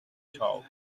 through